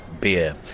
beer